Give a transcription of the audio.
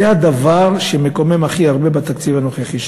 זה הדבר שהכי מקומם בתקציב הנוכחי,